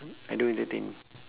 I don't entertain